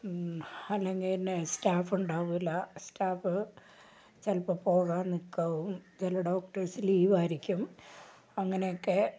അല്ലെങ്കിൽ പിന്നെ സ്റ്റാഫ് ഉണ്ടാവില്ല സ്റ്റാഫ് ചിലപ്പം പോകാൻ നിൽക്കുകയാവും ചില ഡോക്ടേഴ്സ് ലീവ് ആയിരിക്കും അങ്ങനെയൊക്കെ